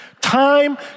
time